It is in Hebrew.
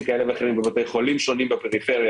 כאלה ואחרים בבתי חולים שונים בפריפריה.